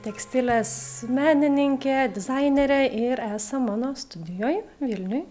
tekstilės menininkė dizainerė ir esam mano studijoj vilniuj